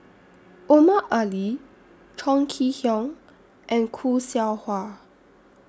Omar Ali Chong Kee Hiong and Khoo Seow Hwa